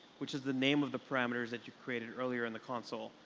which is the name of the parameters that you created earlier in the console.